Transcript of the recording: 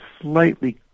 slightly